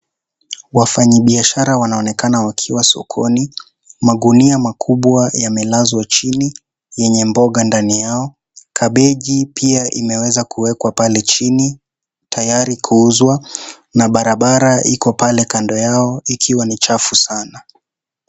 Wafanyi biashara wanaonekana wakiwa sokoni, magunia makubwa yamelazwa chini yenye mboga ndani yao, kabeji pia imeweeza kuekwa pale chini tayari kuuzwa na barabara iko ple Kando yao ikiwa ni chafu Sana.